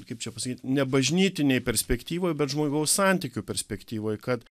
kaip čia pasakyt ne bažnytinėj perspektyvoj bet žmogaus santykių perspektyvoj kad